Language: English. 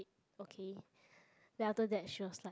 okay then after that she was like